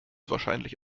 wahrscheinlich